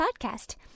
podcast